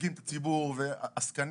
מייצגים את הציבור ועסקנים.